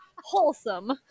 wholesome